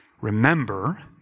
Remember